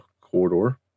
corridor